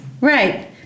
Right